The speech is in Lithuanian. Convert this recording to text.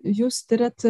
jūs tiriat